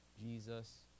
Jesus